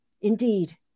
Indeed